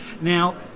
now